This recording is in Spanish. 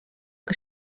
que